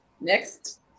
next